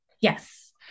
Yes